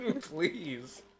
Please